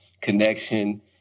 connection